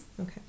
Okay